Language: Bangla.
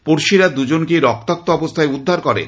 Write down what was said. পড়শিরা দুজনকেই রক্তাক্ত অবস্থায় উদ্ধার করেন